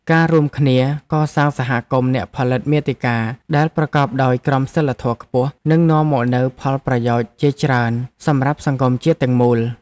ការរួមគ្នាកសាងសហគមន៍អ្នកផលិតមាតិកាដែលប្រកបដោយក្រមសីលធម៌ខ្ពស់នឹងនាំមកនូវផលប្រយោជន៍ជាច្រើនសម្រាប់សង្គមជាតិទាំងមូល។